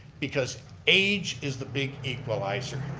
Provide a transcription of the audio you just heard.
because age is the big equalizer.